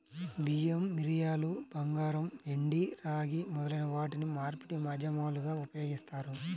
బియ్యం, మిరియాలు, బంగారం, వెండి, రాగి మొదలైన వాటిని మార్పిడి మాధ్యమాలుగా ఉపయోగిస్తారు